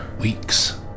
Weeks